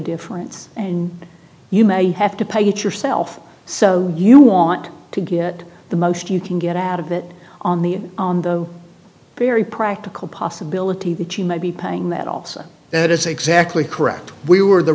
difference and you may have to pay yourself so you want to get the most you can get out of it on the on the very practical possibility that you might be paying that also that is exactly correct we were the